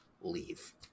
leave